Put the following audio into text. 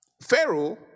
Pharaoh